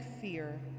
fear